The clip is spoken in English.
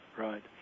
Right